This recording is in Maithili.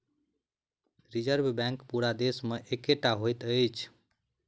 रिजर्व बैंक पूरा देश मे एकै टा होइत अछि